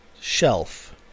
shelf